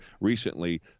recently